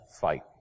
fight